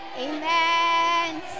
Amen